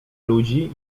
ludzi